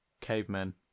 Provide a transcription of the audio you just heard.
cavemen